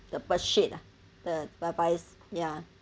the bird shit ah the ya